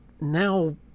now